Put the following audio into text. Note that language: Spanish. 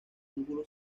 ángulo